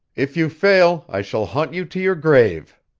if you fail i shall haunt you to your grave!